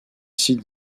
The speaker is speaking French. sites